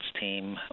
team